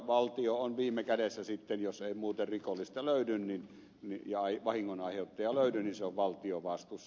valtio on viime kädessä sitten jos ei muuten rikollista löydy vahingon aiheuttajaa löydy vastuussa